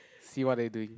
see what they doing